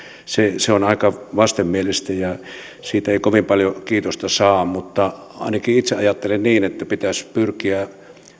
se se on aika vastenmielistä ja siitä ei kovin paljoa kiitosta saa mutta ainakin itse ajattelen niin että pitäisi pyrkiä